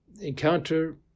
Encounter